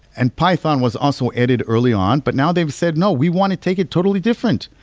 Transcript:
and python was also added early on, but now they've said, no, we want to take it totally different.